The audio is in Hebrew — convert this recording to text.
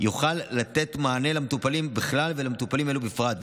יוכל לתת מענה למטופלים בכלל ולמטופלים האלה בפרט,